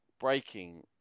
breaking